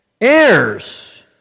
Heirs